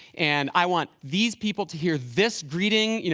and i want these people to hear this greeting, you know